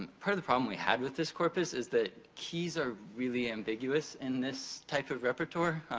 part of the problem we had with this corpus is that keys are really ambiguous in this type of repertoire.